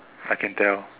I can tell